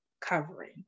covering